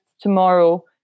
tomorrow